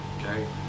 okay